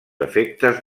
efectes